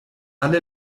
alle